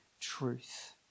truth